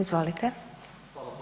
Izvolite.